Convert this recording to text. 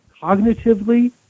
cognitively